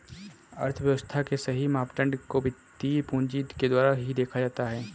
अर्थव्यव्स्था के सही मापदंड को वित्तीय पूंजी के द्वारा ही देखा जाता है